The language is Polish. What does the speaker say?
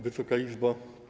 Wysoka Izbo!